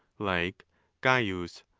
like caius